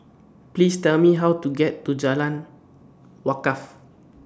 Please Tell Me How to get to Jalan Wakaff